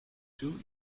two